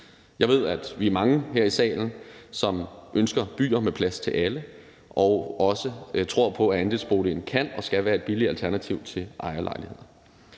Jeg ved, at vi er mange her i salen, som ønsker byer med plads til alle og også tror på, at andelsboligen kan og skal være et billigere alternativ til ejerlejligheder.